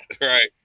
right